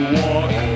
walk